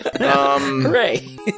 Hooray